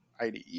IDE